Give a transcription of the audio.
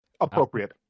Appropriate